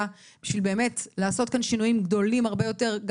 בשביל באמת לעשות כאן שינויים הרבה יותר גדולים,